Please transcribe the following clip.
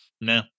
No